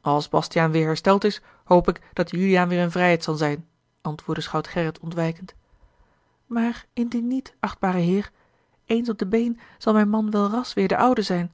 als bastiaan weêr hersteld is hoop ik dat juliaan weêr in vrijheid zal zijn antwoordde schout gerrit ontwijkend maar indien niet achtbare heer eens op de been zal mijn man wel ras weêr de oude zijn